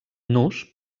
nus